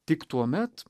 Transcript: tik tuomet